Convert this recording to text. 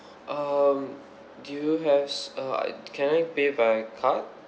um do you have s~ uh can I pay by card